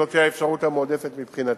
זו תהיה האפשרות המועדפת מבחינתי.